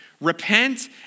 Repent